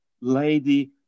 lady